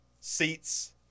seats